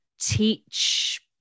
teach